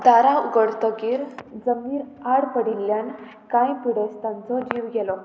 दारां उगडतकीर जमनीर आड पडिल्ल्यान कांय पिडेस्तांचो जीव गेलो